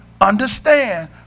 understand